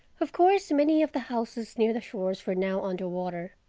of course many of the houses near the shores were now under water.